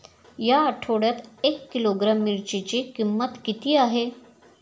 या आठवड्यात एक किलोग्रॅम मिरचीची किंमत किती आहे?